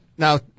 Now